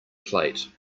plate